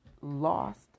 lost